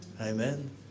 Amen